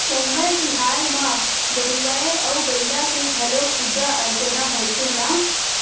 पोंगल तिहार म गरूवय अउ बईला के घलोक पूजा अरचना होथे न